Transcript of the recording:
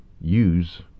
Use